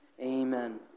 Amen